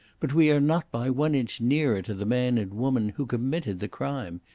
but we are not by one inch nearer to the man and woman who committed the crime.